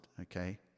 okay